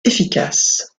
efficace